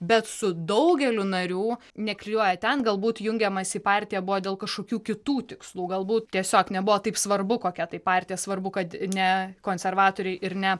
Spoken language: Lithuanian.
bet su daugeliu narių neklijuoja ten galbūt jungiamasi į partiją buvo dėl kažkokių kitų tikslų galbūt tiesiog nebuvo taip svarbu kokia tai partija svarbu kad ne konservatoriai ir ne